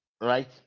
right